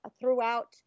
throughout